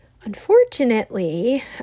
Unfortunately